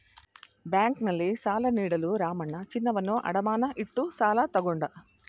ಬ್ಯಾಂಕ್ನಲ್ಲಿ ಸಾಲ ನೀಡಲು ರಾಮಣ್ಣ ಚಿನ್ನವನ್ನು ಅಡಮಾನ ಇಟ್ಟು ಸಾಲ ತಗೊಂಡ